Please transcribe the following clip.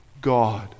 God